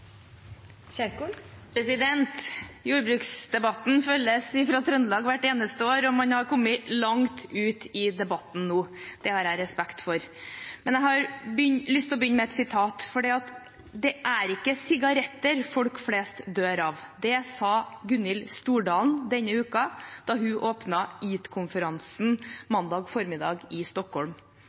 konklusjonen. Jordbruksdebatten følges fra Trøndelag hvert eneste år. Og man har kommet langt ut i debatten nå. Det har jeg respekt for. Jeg har lyst til å begynne med et sitat: Det er ikke sigaretter folk flest dør av. Det sa Gunhild Stordalen denne uken, da hun åpnet EAT-konferansen mandag formiddag i